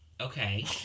Okay